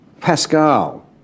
Pascal